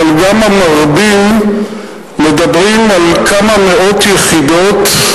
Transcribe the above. אבל גם המרבים מדברים על כמה מאות יחידות,